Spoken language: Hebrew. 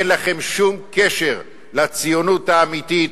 אין לכם שום קשר לציונות האמיתית.